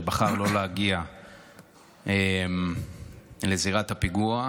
שבחר לא להגיע לזירת הפיגוע.